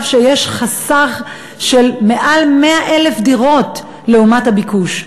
שיש חוסר של יותר מ-100,000 דירות לעומת הביקוש?